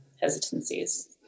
hesitancies